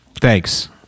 Thanks